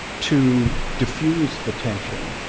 to defuse the tension,